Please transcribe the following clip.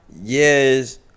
yes